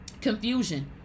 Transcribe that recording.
confusion